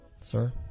Sir